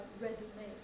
ready-made